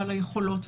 ועל היכולות.